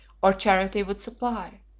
or charity would supply